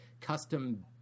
custom